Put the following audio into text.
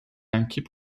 upkeep